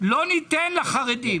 לא ניתן לחרדים.